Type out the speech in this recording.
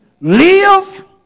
live